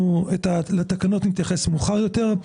לתקנות נתייחס מאוחר יותר.